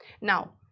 Now